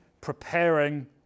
preparing